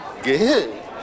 good